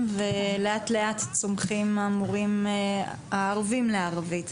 היהודים לערבית ולאט-לאט צומח מספר המורים הערבים לערבית.